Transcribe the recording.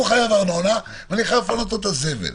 חייב ארנונה ואני חייב לפנות לו את האשפה.